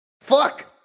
Fuck